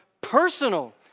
personal